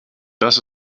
das